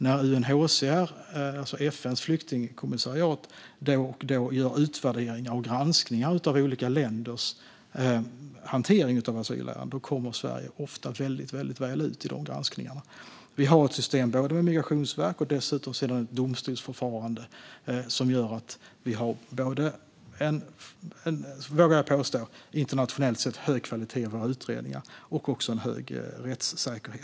När UNHCR, FN:s flyktingkommissariat, då och då gör utvärderingar och granskningar av olika länders hantering av asylärenden kommer Sverige ofta väldigt väl ut. Vi har ett system med migrationsverk och dessutom ett domstolsförfarande som gör att vi internationellt sett, vågar jag påstå, har hög kvalitet på våra utredningar och också en hög rättssäkerhet.